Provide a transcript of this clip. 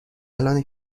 الانه